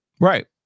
Right